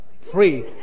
Free